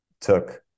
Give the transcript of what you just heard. took